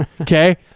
Okay